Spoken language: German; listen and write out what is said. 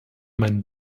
mein